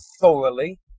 thoroughly